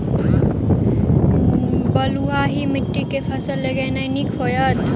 बलुआही माटि मे केँ फसल लगेनाइ नीक होइत?